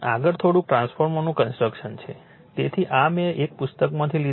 તેથી આ મેં એક પુસ્તકમાંથી લીધું છે